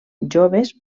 joves